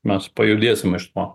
mes pajudėsim iš to